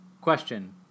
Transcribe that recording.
Question